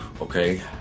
okay